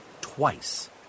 twice